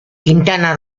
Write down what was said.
quintana